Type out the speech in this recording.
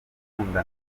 umukobwa